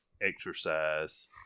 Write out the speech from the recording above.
exercise